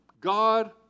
God